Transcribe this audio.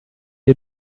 you